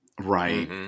Right